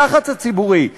הלחץ הציבורי,